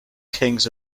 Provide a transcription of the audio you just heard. kings